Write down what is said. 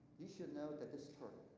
you should know that this turtle,